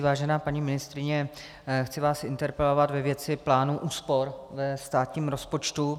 Vážená paní ministryně, chci vás interpelovat ve věci plánů úspor ve státním rozpočtu.